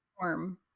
warm